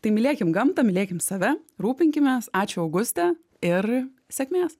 tai mylėkim gamtą mylėkim save rūpinkimės ačiū auguste ir sėkmės